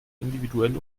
individuell